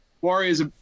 Warriors